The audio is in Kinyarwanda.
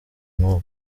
n’ubu